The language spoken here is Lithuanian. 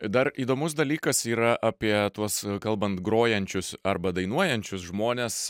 dar įdomus dalykas yra apie tuos kalbant grojančius arba dainuojančius žmones